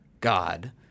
God